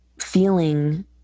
feeling